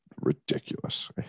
ridiculous